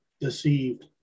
deceived